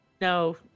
No